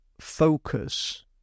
focus